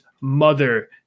mother